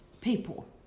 people